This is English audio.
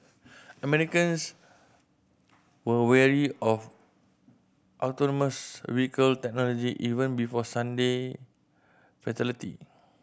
Americans were wary of autonomous vehicle technology even before Sunday fatality